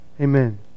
Amen